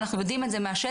ואנחנו יודעים את זה מהשטח,